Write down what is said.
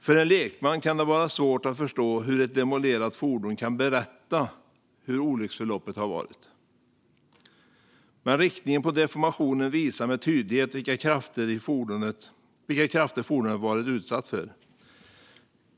För en lekman kan det vara svårt att förstå hur ett demolerat fordon kan berätta hur olycksförloppet varit, men riktningen på deformationen visar med tydlighet vilka krafter fordonet varit utsatt för.